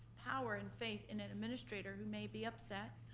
power and faith in an administrator who may be upset,